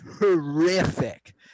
horrific